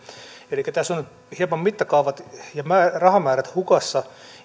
tässä nyt ovat hieman mittakaavat ja rahamäärät hukassa